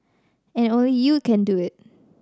and only you can do it